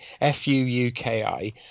f-u-u-k-i